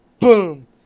Boom